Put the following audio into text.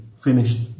finished